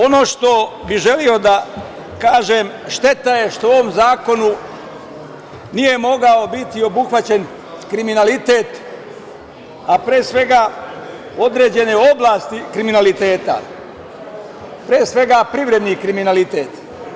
Ono što bih želeo da kažem, šteta je što u ovom zakonu nije mogao biti obuhvaćen kriminalitet, a pre svega određene oblasti kriminaliteta, pre svega, privredni kriminalitet.